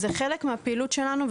זה חלק מהפעילות שלנו,